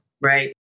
right